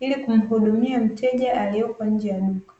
ili kumuhudumia mteja aliyeko nje ya duka.